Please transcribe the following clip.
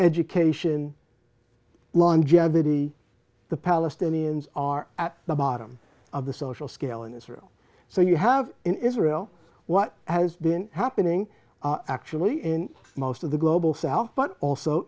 education longevity the palestinians are at the bottom of the social scale in israel so you have in israel what has been happening actually in most of the global south but also